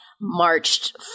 marched